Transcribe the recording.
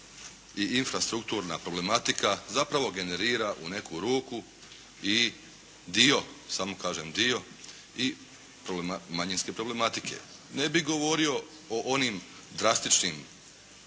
i infrastrukturna problematika zapravo generira u neku ruku i dio, samo kažem dio i manjinske problematike. Ne bih govorio o onim drastičnim